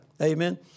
Amen